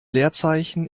leerzeichen